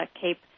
Cape